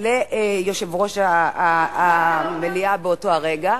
של יושב-ראש המליאה באותו הרגע,